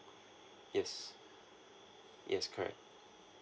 yes yes correct